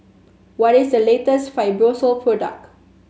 what is the latest Fibrosol product